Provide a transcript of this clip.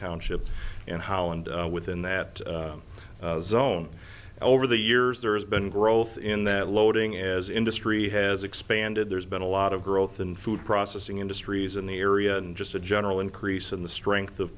township and how and within that zone over the years there has been growth in that loading as industry has expanded there's been a lot of growth in food processing industries in the area and just a general increase in the strength of